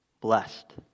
blessed